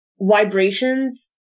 Vibrations